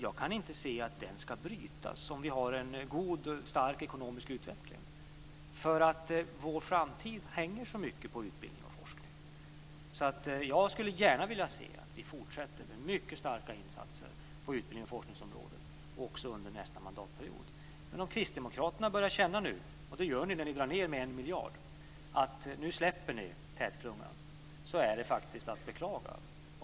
Jag kan inte se att den ska brytas när vi har en god och stark ekonomisk utveckling. Vår framtid hänger så mycket på utbildning och forskning. Jag skulle gärna vilja se att vi fortsätter med mycket starka insatser på utbildnings och forskningsområdet också under nästa mandatperiod. Om Kristdemokraterna börjar känna, och det gör ni när ni vill dra ned med en miljard, att ni nu släpper tätklungan är det faktiskt att beklaga.